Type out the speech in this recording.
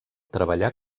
treballà